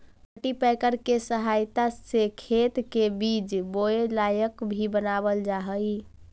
cultipacker के सहायता से खेत के बीज बोए लायक भी बनावल जा हई